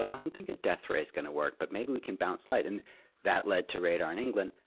i don't think a death ray's going to work, but maybe we can bounce light. and that led to radar in england.